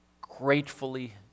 gratefully